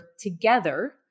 together